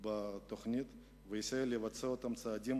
בתוכנית ונסייע לבצע את הצעדים